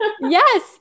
Yes